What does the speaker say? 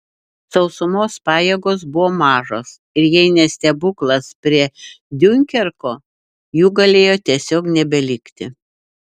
sausumos pajėgos buvo mažos ir jei ne stebuklas prie diunkerko jų galėjo tiesiog nebelikti